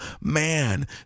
man